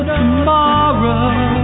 tomorrow